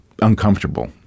uncomfortable